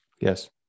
Yes